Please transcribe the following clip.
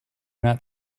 not